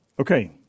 okay